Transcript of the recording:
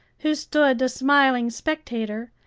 who stood a smiling spectator,